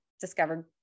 discovered